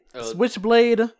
switchblade